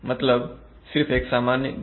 मतलब सिर्फ एक सामान्य गुना